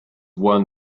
won